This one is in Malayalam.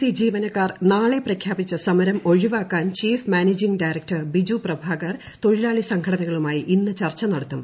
സി ജീവനക്കാർ നാളെ പ്രഖ്യാപിച്ച സമരം ഒഴിവാക്കാൻ chief managing director Biju Prabhakar തൊഴിലാളി സംഘടനകളുമായി ഇന്ന് ചർച്ച നടത്തും